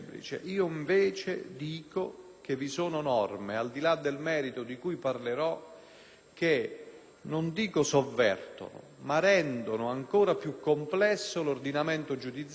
che non dico sovvertono, ma rendono ancora più complesso l'ordinamento giudiziario e la gestione della giustizia nel nostro Paese.